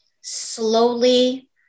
slowly